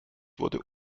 wurde